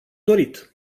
dorit